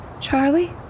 Charlie